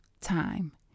time